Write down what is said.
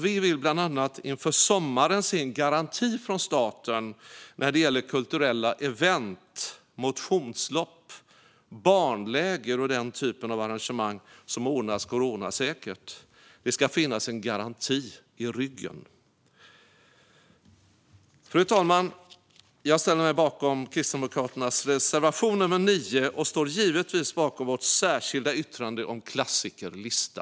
Vi vill bland annat inför sommaren se en garanti från staten när det gäller kulturella event, motionslopp, barnläger och den typen av arrangemang som ordnas coronasäkert. Det ska finnas en garanti i ryggen. Fru talman! Jag ställer mig bakom Kristdemokraternas reservation nummer 9, och jag står givetvis bakom vårt särskilda yttrande om klassikerlista.